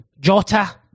Jota